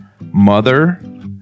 mother